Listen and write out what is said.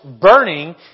burning